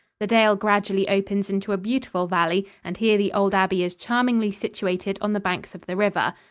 the dale gradually opens into a beautiful valley and here the old abbey is charmingly situated on the banks of the river.